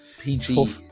PG